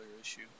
issue